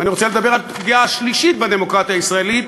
אני רוצה לדבר על פגיעה שלישית בדמוקרטיה הישראלית,